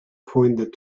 pointed